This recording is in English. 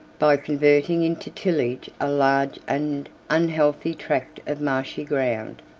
by converting into tillage a large and unhealthy tract of marshy ground.